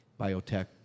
biotech